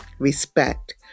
respect